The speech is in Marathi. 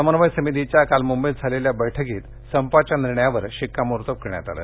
समन्वय समितीच्या काल मुंबईत झालेल्या बैठकीत संपाच्या निर्णयावर शिक्वामोर्तब करण्यात आलं